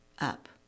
up